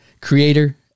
Creator